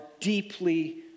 deeply